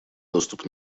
доступ